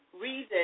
reason